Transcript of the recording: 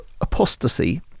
apostasy